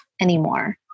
anymore